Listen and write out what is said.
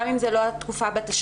גם אם זו לא התקופה בתשלום.